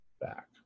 back